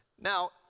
Now